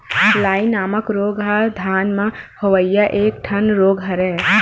लाई नामक रोग ह धान म होवइया एक ठन रोग हरय